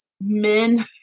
men